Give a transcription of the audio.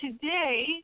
today